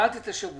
קיבלת את השבוע.